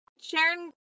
Sharon